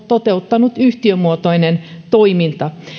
toteuttanut yhtiömuotoinen toiminta